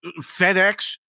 FedEx